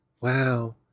Wow